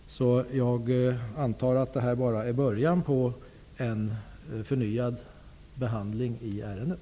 Därför antar jag att detta bara är början av en förnyad behandling i ärendet.